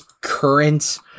current